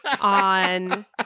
on